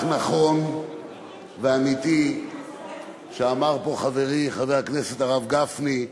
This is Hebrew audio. ונכון ואמיתי שאמר פה חברי חבר הכנסת הרב גפני.